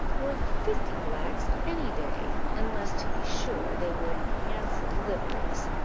worth fifty blacks any day, unless, to be sure, they were in handsome liveries.